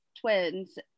twins